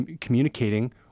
communicating